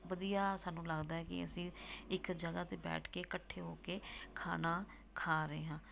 ਵਧੀਆ ਸਾਨੂੰ ਲੱਗਦਾ ਕਿ ਅਸੀਂ ਇੱਕ ਜਗ੍ਹਾ 'ਤੇ ਬੈਠ ਕੇ ਇਕੱਠੇ ਹੋ ਕੇ ਖਾਣਾ ਖਾ ਰਹੇ ਹਾਂ